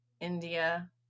India